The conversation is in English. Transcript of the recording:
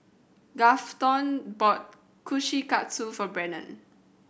Grafton bought Kushikatsu for Brendan